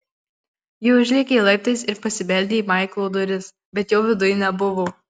ji užlėkė laiptais ir pasibeldė į maiklo duris bet jo viduj nebuvo